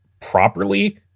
properly